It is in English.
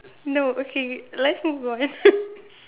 no okay let's move on